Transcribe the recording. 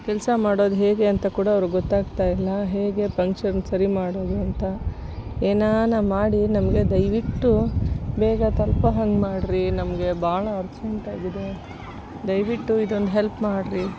ಕೆಲಸ ಮಾಡೋದು ಹೇಗೆ ಅಂತ ಕೂಡ ಅವ್ರಿಗೆ ಗೊತ್ತಾಗ್ತಾಯಿಲ್ಲ ಹೇಗೆ ಪಂಕ್ಚರ್ನ ಸರಿ ಮಾಡೋದು ಅಂತ ಏನಾನ ಮಾಡಿ ನಮ್ಗೆ ದಯವಿಟ್ಟು ಬೇಗ ತಲುಪೋ ಹಂಗೆ ಮಾಡ್ರಿ ನಮಗೆ ಬಹಳ ಅರ್ಜೆಂಟಾಗಿದೆ ದಯವಿಟ್ಟು ಇದೊಂದು ಹೆಲ್ಪ್ ಮಾಡ್ರಿ